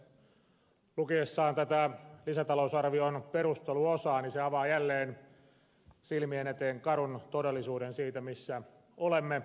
lukiessa tätä lisätalousarvion perusteluosaa se avaa jälleen silmien eteen karun todellisuuden siitä missä olemme